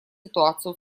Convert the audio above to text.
ситуацию